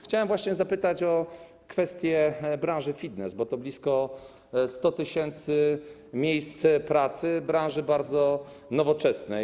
Chciałem właśnie zapytać o kwestię branży fitness, bo to blisko 100 tys. miejsc pracy, branży bardzo nowoczesnej.